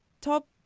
top